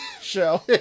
show